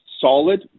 solid